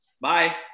Bye